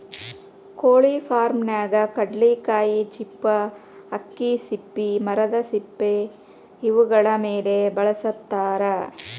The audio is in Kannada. ಕೊಳಿ ಫಾರ್ಮನ್ಯಾಗ ಕಡ್ಲಿಕಾಯಿ ಚಿಪ್ಪು ಅಕ್ಕಿ ಸಿಪ್ಪಿ ಮರದ ಸಿಪ್ಪಿ ಇವುಗಳ ಮೇಲೆ ಬೆಳಸತಾರ